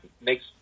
makes